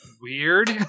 weird